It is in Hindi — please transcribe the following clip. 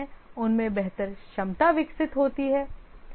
उनमें बेहतर क्षमता विकसित होती है